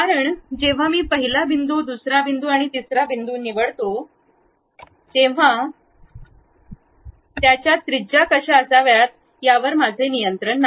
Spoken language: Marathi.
कारण जेव्हा मी पहिला बिंदू दुसरा बिंदू तिसरा बिंदू निवडतो तेव्हा तिचा त्रिज्या कशा असावा यावर माझे नियंत्रण नाही